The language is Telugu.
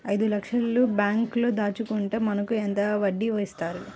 ఐదు లక్షల బ్యాంక్లో దాచుకుంటే మనకు ఎంత వడ్డీ ఇస్తారు?